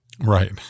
Right